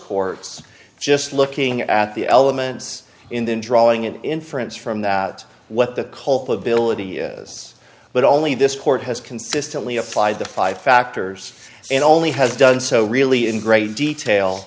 courts just looking at the elements in drawing an inference from that what the culpability is but only this court has consistently applied the five factors and only has done so really in great detail